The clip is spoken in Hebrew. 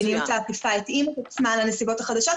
מדיניות האכיפה התאימה את עצמה לנסיבות החדשות,